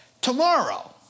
Tomorrow